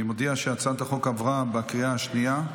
אני מודיע שהצעת החוק עברה בקריאה השנייה.